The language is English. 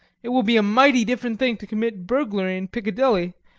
it will be a mighty different thing to commit burglary in piccadilly,